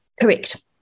Correct